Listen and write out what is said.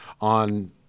on